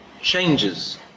changes